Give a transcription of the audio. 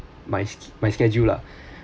my my schedule lah